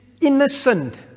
innocent